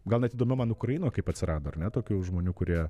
gal net įdomiau man ukrainoj kaip atsirado ar ne tokių žmonių kurie